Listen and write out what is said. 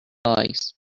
ice